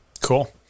Cool